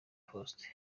faustin